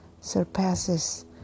surpasses